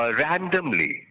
randomly